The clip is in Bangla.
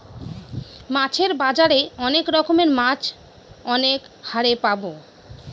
মাছের বাজারে অনেক রকমের মাছ অনেক হারে পাবো